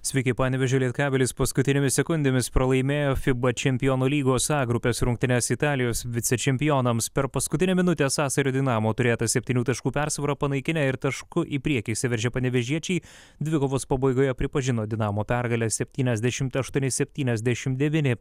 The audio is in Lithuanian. sveiki panevėžio lietkabelis paskutinėmis sekundėmis pralaimėjo fiba čempionų lygos a grupės rungtynes italijos vicečempionams per paskutinę minutę sasario dinamo turėtą septynių taškų persvarą panaikinę ir tašku į priekį išsiveržę panevėžiečiai dvikovos pabaigoje pripažino dinamo pergalę septyniasdešimt aštuoni septyniasdešimt devyni